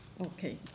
Okay